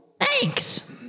Thanks